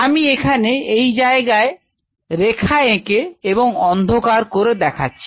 আমি এখানে এই জায়গায় রেখা একে এবং অন্ধকার করে দেখাচ্ছি